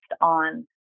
on